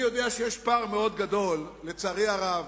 אני יודע שיש פער מאוד גדול, לצערי הרב,